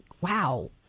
wow